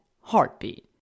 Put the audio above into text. heartbeat